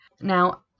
Now